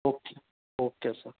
okay okay sir